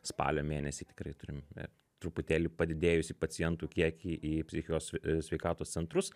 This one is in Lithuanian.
spalio mėnesį tikrai turim truputėlį padidėjusį pacientų kiekį į psichikos sveikatos centrus